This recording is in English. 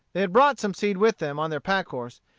they had brought some seed with them on their pack-horse,